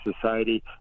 society